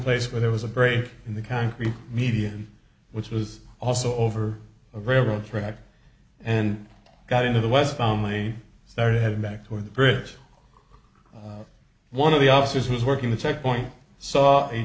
where there was a break in the concrete median which was also over a railroad track and got into the west family started heading back toward the bridge one of the officers who was working the checkpoint saw a